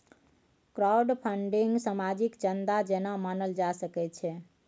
crowdfunding सामाजिक चन्दा जेना मानल जा सकै छै